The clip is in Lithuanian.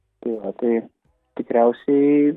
tai va tai tikriausiai